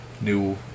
new